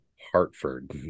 Hartford